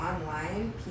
online